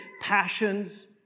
passions